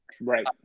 Right